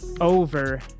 over